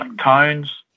tones